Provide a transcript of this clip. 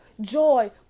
joy